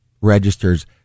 registers